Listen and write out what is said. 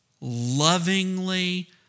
lovingly